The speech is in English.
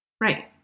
Right